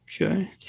Okay